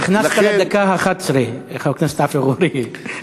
נכנסת לדקה ה-11, חבר הכנסת עפו אגבאריה.